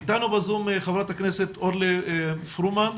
איתנו בזום ח"כ אורלי פרומן,